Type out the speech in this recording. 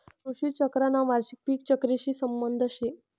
कृषी चक्रना वार्षिक पिक चक्रशी संबंध शे